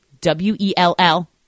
W-E-L-L